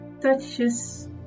touches